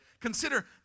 consider